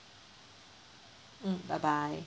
mm bye bye